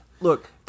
look